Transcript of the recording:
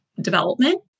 development